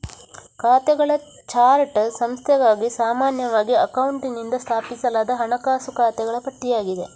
ಖಾತೆಗಳ ಚಾರ್ಟ್ ಸಂಸ್ಥೆಗಾಗಿ ಸಾಮಾನ್ಯವಾಗಿ ಅಕೌಂಟೆಂಟಿನಿಂದ ಸ್ಥಾಪಿಸಲಾದ ಹಣಕಾಸು ಖಾತೆಗಳ ಪಟ್ಟಿಯಾಗಿದೆ